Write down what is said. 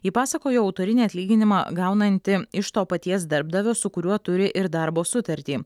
ji pasakojo autorinį atlyginimą gaunanti iš to paties darbdavio su kuriuo turi ir darbo sutartį